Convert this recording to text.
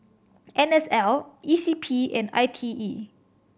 N S L E C P and I T E